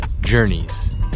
journeys